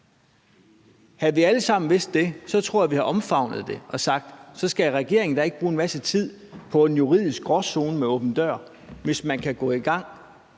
Havde vi alle sammen vidst det, tror jeg, vi havde omfavnet det og sagt, at så skal regeringen da ikke bruge en masse tid på en juridisk gråzone med åben dør-ordningen, altså hvis man kan gå i gang